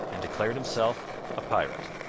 and declared himself a pirate.